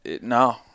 no